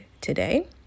today